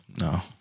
No